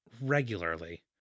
regularly